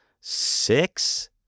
six